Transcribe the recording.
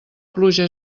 pluja